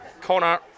Connor